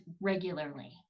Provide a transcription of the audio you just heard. regularly